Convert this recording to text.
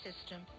system